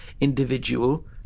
individual